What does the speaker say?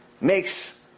makes